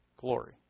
glory